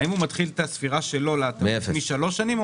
האם הוא מתחיל את הספירה שלו משלוש שנים?